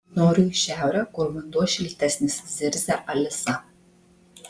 noriu į šiaurę kur vanduo šiltesnis zirzia alisa